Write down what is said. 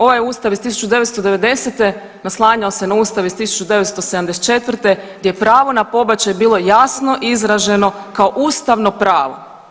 Ovo Ustav iz 1990., naslanjao se na Ustav iz 1974. gdje je pravo na pobačaj bilo jasno izraženo kao ustavno pravo.